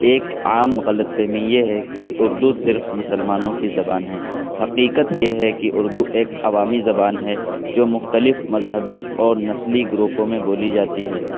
ایک عام غلط فہمی یہ ہے کہ اردو صرف مسلمانوں کی زبان ہے حقیقت یہ ہے کہ اردو ایک عوامی زبان ہے جو مختلف مذہبی اور نسلی گروپوں میں بولی جاتی ہے